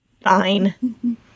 Fine